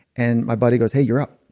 and my body goes, hey, you're up.